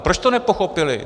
Proč to nepochopili?